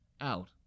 out